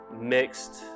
mixed